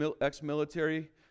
ex-military